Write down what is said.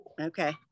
Okay